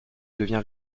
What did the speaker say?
deviens